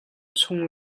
chung